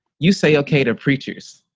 you say okay to preachers,